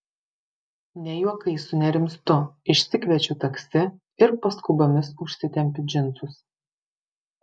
ne juokais sunerimstu išsikviečiu taksi ir paskubomis užsitempiu džinsus